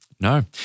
No